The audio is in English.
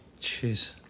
jeez